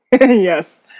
yes